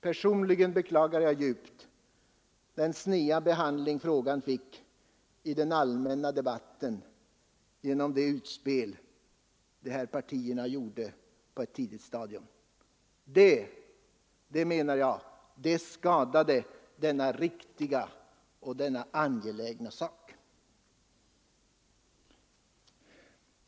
Personligen beklagar jag djupt den snäva behandling frågan fick i den allmänna debatten genom de ”utspel” dessa partier gjorde på ett tidigt stadium. Det skadade, anser jag, denna riktiga och angelägna sak.